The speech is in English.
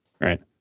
Right